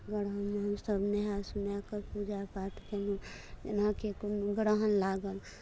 ग्रहणमे हमसभ नहाए सोनाए कऽ सभ पूजा पाठ कयलहुँ जेनाकि कोनो ग्रहण लागल